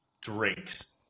drinks